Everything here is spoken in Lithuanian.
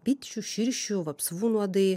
bičių širšių vapsvų nuodai